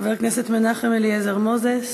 חבר הכנסת מנחם אליעזר מוזס,